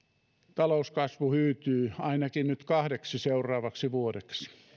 talouskasvu hyytyy ainakin nyt kahdeksi seuraavaksi vuodeksi